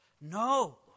No